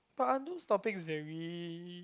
but aren't those topics very